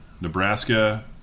Nebraska